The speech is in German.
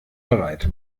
bereit